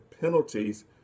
penalties